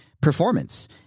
performance